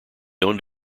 owned